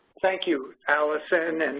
thank you, allison. and